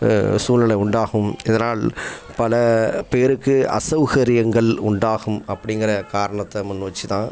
சூழ்நிலை உண்டாகும் இதனால் பல பேருக்கு அசௌகரியங்கள் உண்டாகும் அப்படிங்குற காரணத்தை முன் வச்சுத்தான்